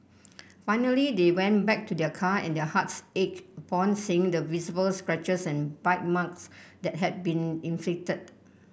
finally they went back to their car and their hearts ached upon seeing the visible scratches and bite marks that had been inflicted